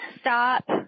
Stop